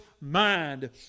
mind